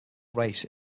race